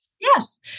Yes